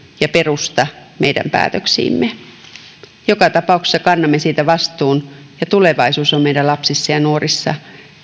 ja perusta meidän päätöksiimme niin näkisin joka tapauksessa kannamme siitä vastuun ja tulevaisuus on meidän lapsissamme ja nuorissamme